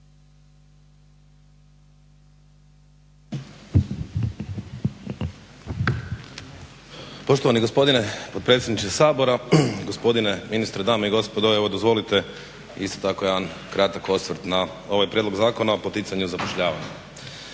Poštovani gospodine potpredsjedniče Sabora, gospodine ministre, dame i gospodo. Evo dozvolite isto tako jedan kratak osvrt na ovaj Prijedlog zakona o poticanju zapošljavanja.